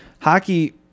Hockey